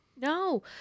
no